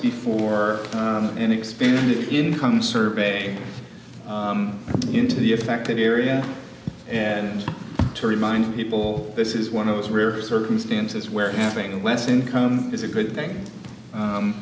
before an expanded income survey into the affected area and to remind people this is one of those rare circumstances where having a less income is a good thing